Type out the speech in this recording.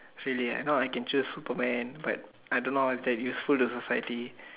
sadly I know I can choose Superman but I don't know how it is useful to society